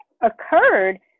occurred